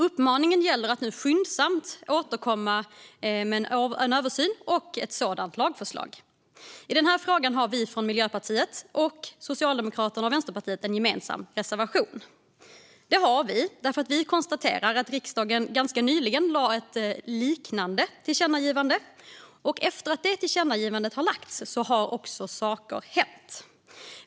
Uppmaningen gäller att nu skyndsamt göra en sådan översyn och därefter återkomma med ett lagförslag. I den här frågan har vi från Miljöpartiet, Socialdemokraterna och Vänsterpartiet en gemensam reservation. Det har vi därför att vi konstaterar att riksdagen ganska nyligen riktade ett liknande tillkännagivande till regeringen och att det efter det tillkännagivandet också har hänt saker.